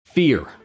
Fear